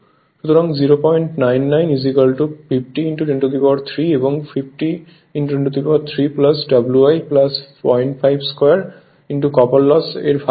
সুতরাং 099 50 10³ এবং 50 10³ W i 05² copper loss এর ভাগ